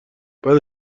بعد